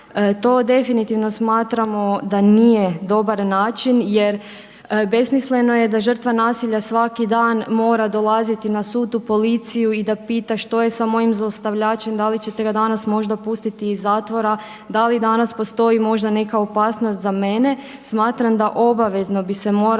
To definitivno smatramo da nije dobar način jer besmisleno je da žrtva nasilja svaki dan mora dolaziti na sud, u policiju i da pita što je sa mojim zlostavljačem, da li ćete ga danas možda pustiti iz zatvora, da li danas postoji možda neka opasnost za mene? Smatram da obavezno bi se moralo staviti